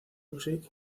music